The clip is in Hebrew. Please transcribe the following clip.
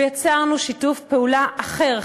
ויצרנו שיתוף פעולה אחר,